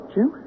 Jim